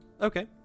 Okay